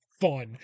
fun